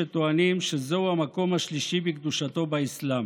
שטוענים שזה המקום השלישי בקדושתו באסלאם?